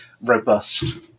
robust